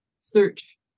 search